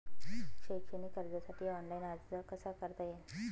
शैक्षणिक कर्जासाठी ऑनलाईन अर्ज कसा करता येईल?